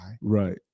Right